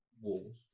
walls